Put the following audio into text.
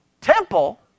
temple